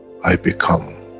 i become,